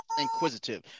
inquisitive